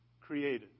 created